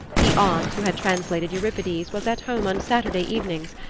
the aunt who had translated euripides was at home on saturday evenings,